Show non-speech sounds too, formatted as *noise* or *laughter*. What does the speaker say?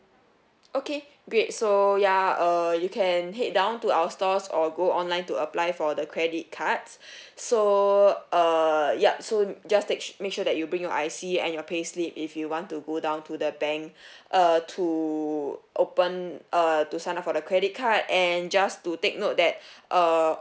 okay great so ya uh you can head down to our stores or go online to apply for the credit cards *breath* so uh yup so just take make sure that you bring your I_C and your payslip if you want to go down to the bank *breath* uh to open uh to sign up for the credit card and just to take note that *breath* uh